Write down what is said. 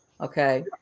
Okay